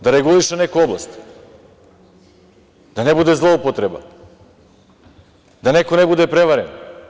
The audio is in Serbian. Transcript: Da reguliše neku oblast, da ne bude zloupotreba, da neko ne bude prevaren.